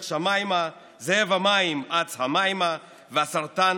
שמיימה / זאב המים אץ המימה / והסרטן,